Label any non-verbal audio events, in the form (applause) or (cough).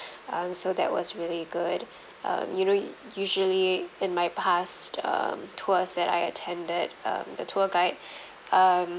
(breath) um so that was really good um you know usually in my past um tours that I attended um the tour guide (breath) um